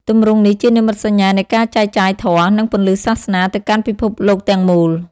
ទម្រង់នេះជានិមិត្តសញ្ញានៃការចែកចាយធម៌ និងពន្លឺសាសនា ទៅកាន់ពិភពលោកទាំងមូល។